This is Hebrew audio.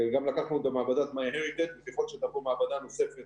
גם לקחנו את מעבדתMyHeritage וככל שתבוא מעבדה נוספת